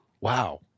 Wow